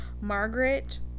Margaret